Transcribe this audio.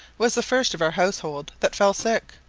was the first of our household that fell sick,